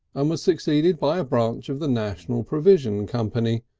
um was succeeded by a branch of the national provision company,